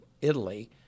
Italy